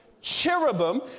cherubim